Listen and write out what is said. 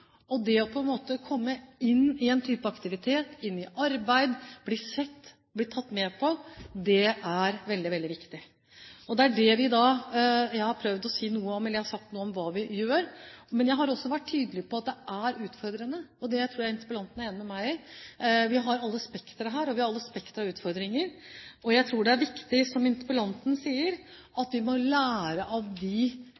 å komme inn i en type aktivitet, et arbeid, bli sett, bli tatt med – det er veldig viktig. Jeg har sagt noe om hva vi gjør, men jeg har også vært tydelig på at det er utfordrende. Det tror jeg interpellanten er enig med meg i. Vi har hele spekteret her, vi har hele spekteret av utfordringer. Jeg tror det er viktig, som interpellanten sier,